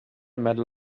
medal